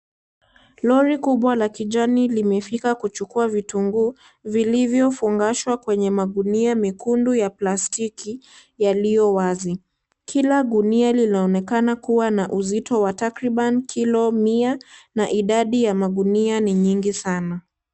Lori kubwa la kijani limefika kuchukua vitunguu vilivyo fungashwa kwenye magunia mekundu ya plastiki yaliyo wazi , kila guni linaonekana kuwa na uzito wa takriban kilo mia na idadi ya magunia ni nyingi sana.